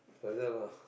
like that lah